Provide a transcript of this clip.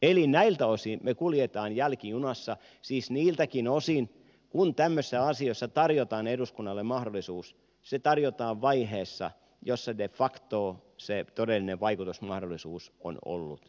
eli näiltä osin me kuljemme jälkijunassa siis niiltäkin osin kun tämmöisissä asioissa tarjotaan eduskunnalle mahdollisuus se tarjotaan vaiheessa jossa de facto se todellinen vaikutusmahdollisuus on ollut ja mennyt